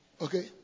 Okay